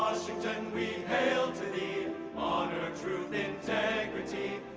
we hail to thee honor, truth, integrity